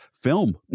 film